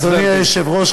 אדוני היושב-ראש,